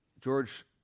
George